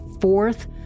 fourth